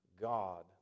God